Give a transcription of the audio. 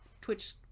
Twitch